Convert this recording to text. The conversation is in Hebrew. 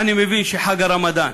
אני מבין שחג הרמדאן,